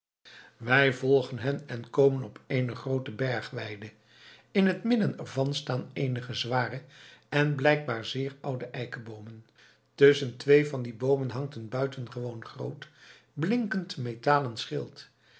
wij volgen hen en komen op eene groote bergweide in het midden er van staan eenige zware en blijkbaar zeer oude eikeboomen tusschen twee van die boomen hangt een buitengewoon groot blinkend metalen schild